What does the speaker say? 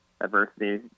adversity